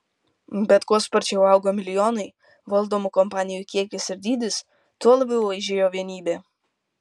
bet kuo sparčiau augo milijonai valdomų kompanijų kiekis ir dydis tuo labiau aižėjo vienybė